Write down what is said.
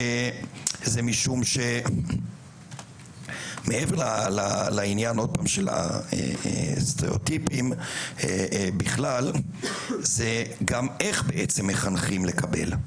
זה משום שמעבר לעניין של הסטריאוטיפים בכלל זה גם איך בעצם מחנכים לקבל.